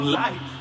life